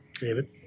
David